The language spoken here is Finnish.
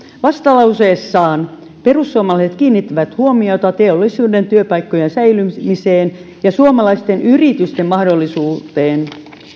vastalauseessaan perussuomalaiset kiinnittävät huomiota teollisuuden työpaikkojen säilymiseen ja suomalaisten yritysten mahdollisuuteen